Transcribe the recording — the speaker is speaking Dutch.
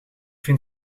vind